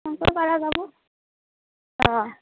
সেনকেও পাৰা যাবো অঁ